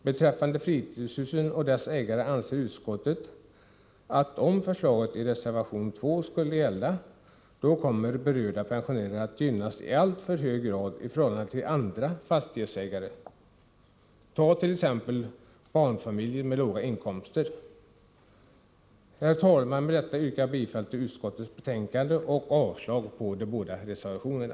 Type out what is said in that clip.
Beträffande fritidshusen och deras ägare anser utskottet att om förslaget i reservation 2 skulle gälla kommer berörda pensionärer att gynnas i alltför hög grad i förhållande till andra fastighetsägare —- t.ex. barnfamiljer med låga inkomster. Herr talman! Med detta yrkar jag bifall till utskottets hemställan och avslag på de båda reservationerna.